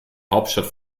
hauptstadt